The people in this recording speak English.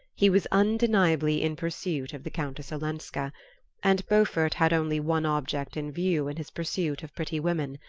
he was undeniably in pursuit of the countess olenska and beaufort had only one object in view in his pursuit of pretty women.